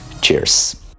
cheers